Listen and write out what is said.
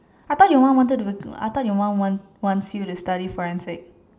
I thought your mom wanted to I thought your mom want wants you to study Forensics